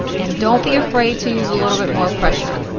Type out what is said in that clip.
and don't be afraid to use a little bit more pressure.